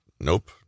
nope